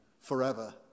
forever